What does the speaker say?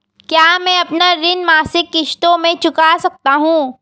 क्या मैं अपना ऋण मासिक किश्तों में चुका सकता हूँ?